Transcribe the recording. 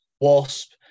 Wasp